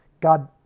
God